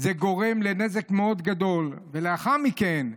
זה גורם לנזק מאוד גדול, ולאחר מכן,